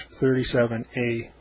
37A